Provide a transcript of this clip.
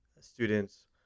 students